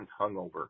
hungover